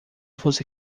você